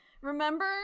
remember